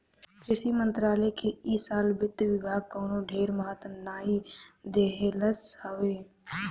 कृषि मंत्रालय के इ साल वित्त विभाग कवनो ढेर महत्व नाइ देहलस हवे